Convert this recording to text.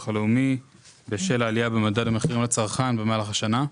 הלאומי בשל העלייה במדד המחירים לצרכן במהלך השנה.